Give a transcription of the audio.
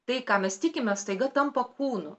tai ką mes tikime staiga tampa kūnu